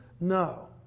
No